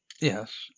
Yes